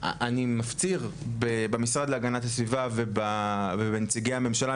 אני מפציר במשרד להגנת הסביבה ובנציגי הממשלה,